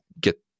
get